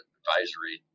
advisory